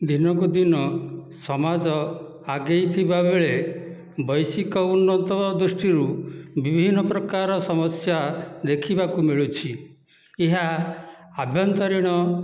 ଦିନକୁ ଦିନ ସମାଜ ଆଗେଇ ଥିବା ବେଳେ ବୈଶିକ ଉନ୍ନତ ହେବା ଦୃଷ୍ଟିରୁ ବିଭିନ୍ନ ପ୍ରକାର ସମସ୍ୟା ଦେଖିବାକୁ ମିଳୁଛି ଏହା ଆଭ୍ୟନ୍ତରୀଣ